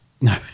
No